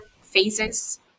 phases